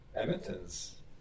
Edmonton's